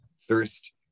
thirst